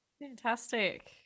Fantastic